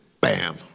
bam